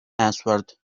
answered